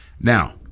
Now